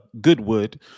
Goodwood